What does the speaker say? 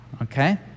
Okay